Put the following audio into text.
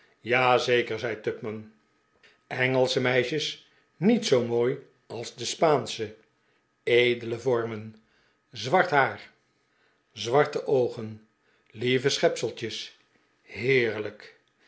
zeker zei tupman engelsche meisjes niet zoo mooi als de spaansche edele vormen zwart haar zwarte oogen lieve schepseltjes heerlijk